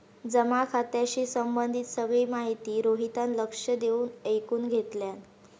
जमा खात्याशी संबंधित सगळी माहिती रोहितान लक्ष देऊन ऐकुन घेतल्यान